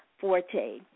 Forte